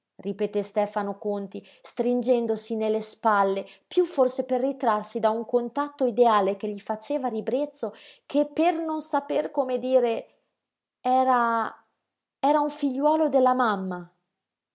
ripeté stefano conti stringendosi ne le spalle piú forse per ritrarsi da un contatto ideale che gli faceva ribrezzo che per non saper come dire era era un figliuolo della mamma